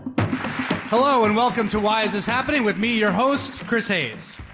hello, and welcome to why is this happening, with me your host, chris hayes.